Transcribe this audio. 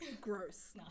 gross